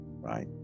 right